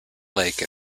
lake